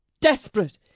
desperate